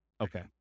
Okay